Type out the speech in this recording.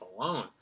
alone